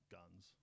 guns